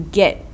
get